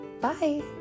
Bye